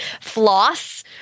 floss